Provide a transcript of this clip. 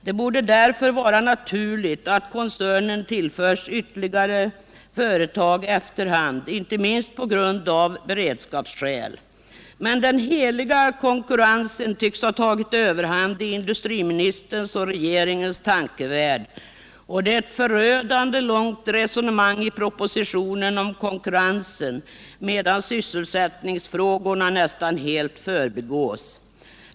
Det borde därför vara naturligt att koncernen tillförs ytterligare företag efter hand, inte minst av beredskapsskäl. Men den heliga konkurrensen tycks ha tagit överhand i industriministerns och regeringens tankevärld, och det är ett förödande långt resonemang i propositionen om konkurrensen, medan sysselsättningsfrågorna nästan helt förbigås.